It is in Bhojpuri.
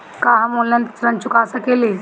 का हम ऑनलाइन ऋण चुका सके ली?